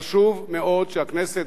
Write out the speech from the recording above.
חשוב מאוד שהכנסת,